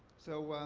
so,